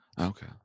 Okay